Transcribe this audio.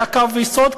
זה קו יסוד,